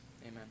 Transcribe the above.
Amen